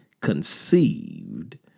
conceived